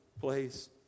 place